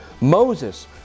Moses